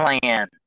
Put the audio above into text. plan